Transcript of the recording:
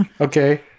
Okay